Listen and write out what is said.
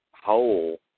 hole